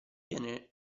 viene